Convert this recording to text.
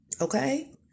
Okay